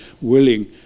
willing